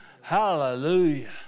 Hallelujah